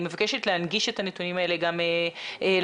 אני מבקשת להנגיש את הנתונים האלה גם לוועדה.